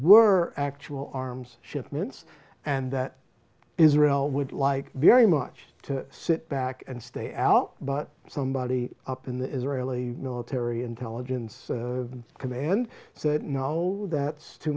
were actual arms shipments and that israel would like very much to sit back and stay out but somebody up in the israeli military intelligence command said no that too